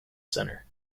centre